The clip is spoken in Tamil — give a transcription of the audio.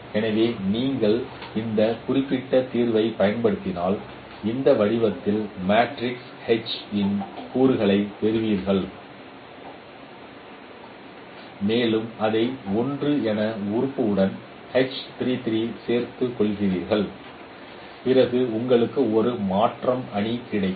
எனவே நீங்கள் இந்த குறிப்பிட்ட தீர்வுகளைப் பயன்படுத்தினால் இந்த வடிவத்தில் மேட்ரிக்ஸ் H இன் கூறுகளைப் பெறுவீர்கள் மேலும் அதை 1 என உறுப்புடன் சேர்த்துக் கொள்வீர்கள் பிறகு உங்களுக்கு ஒரு மாற்றம் அணி கிடைக்கும்